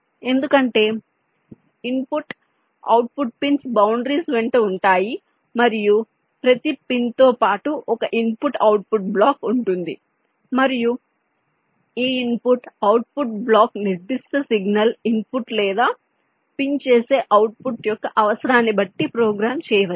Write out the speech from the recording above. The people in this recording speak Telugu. ఎందుకంటే ఇన్పుట్ అవుట్పుట్ పిన్స్ బౌండరీస్ వెంట ఉంటాయి మరియు ప్రతి పిన్తో పాటు ఒక ఇన్పుట్ అవుట్పుట్ బ్లాక్ ఉంటుంది మరియు ఈ ఇన్పుట్ అవుట్పుట్ బ్లాక్ నిర్దిష్ట సిగ్నల్ ఇన్పుట్ లేదా పిన్ చేసే అవుట్పుట్ యొక్క అవసరాన్ని బట్టి ప్రోగ్రామ్ చేయవచ్చు